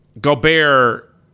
Gobert